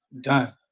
Done